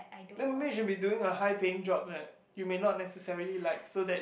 then maybe you should be doing a high paying job that you may not necessarily like so that